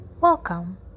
welcome